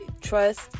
trust